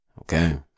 okay